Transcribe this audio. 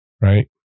right